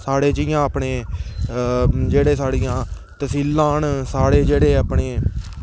साढ़ें जियां अपने साढ़े जेह्ड़ियां तसीलां न साढ़े जेह्ड़े अपने